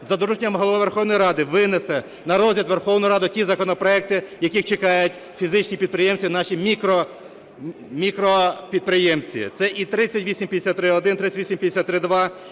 за дорученням Голови Верховної Ради винесе на розгляд у Верховну Раду ті законопроекти, яких чекають фізичні підприємці, наші мікропідприємці. Це і 3853-1, 3853-2